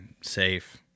safe